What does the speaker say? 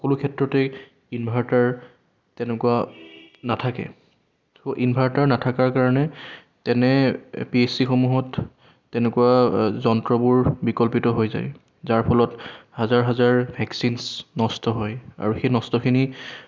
সকলো ক্ষেত্ৰতেই ইনভাৰ্টাৰ তেনেকুৱা নাথাকে ইনভাৰ্টাৰ নথকাৰ কাৰণে তেনে পি এইচ চি সমূহত তেনেকুৱা যন্ত্ৰবোৰ বিকল্পিত হৈ যায় যাৰ ফলত হাজাৰ হাজাৰ ভেকচিনচ নষ্ট হয় আৰু সেই নষ্টখিনি